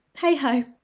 hey-ho